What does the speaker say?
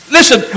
Listen